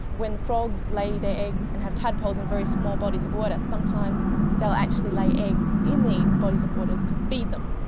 when the frogs lay their eggs and have tadpoles in very small bodies of water, sometimes they will actually lay eggs in these bodies of water to feed them.